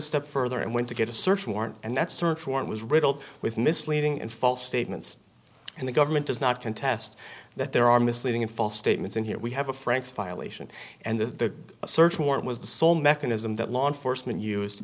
step further and went to get a search warrant and that search warrant was riddled with misleading and false statements and the government does not contest that there are misleading and false statements and here we have a franks violation and the search warrant was the sole mechanism that law enforcement used